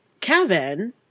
Kevin